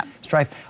strife